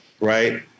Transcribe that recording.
right